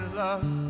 love